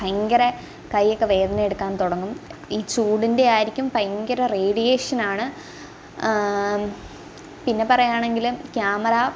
ഭയങ്കരമായി കയ്യൊക്കെ വേദനയെടുക്കാൻ തുടങ്ങും ഈ ചൂടിന്റെയായിരിക്കും ഭയങ്കര റേഡിയേഷനാണ് പിന്നെ പറയുകയാണെങ്കിൽ ക്യാമറ